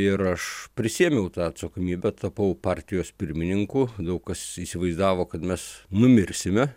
ir aš prisiėmiau tą atsakomybę tapau partijos pirmininku daug kas įsivaizdavo kad mes numirsime